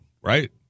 right